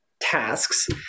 tasks